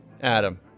Adam